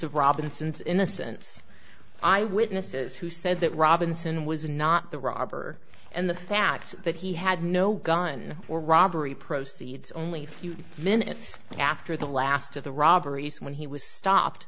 of robinson's innocence i witnesses who says that robinson was not the robber and the fact that he had no gun or robbery proceeds only a few minutes after the last of the robberies when he was stopped